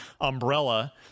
umbrella